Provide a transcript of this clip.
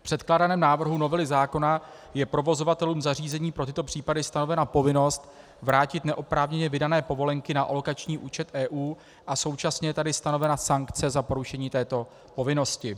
V předkládaném návrhu novely zákona je provozovatelům zařízení pro tyto případy stanovena povinnost vrátit neoprávněně vydané povolenky na alokační účet EU a současně je tady stanovena sankce za porušení této povinnosti.